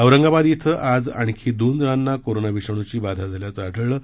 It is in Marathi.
औरंगाबाद इथं आज आणखी दोन जणांना कोरोना विषाणूची बाधा झाल्याचं आढळून आलं आहे